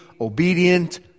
obedient